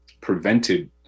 prevented